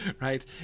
right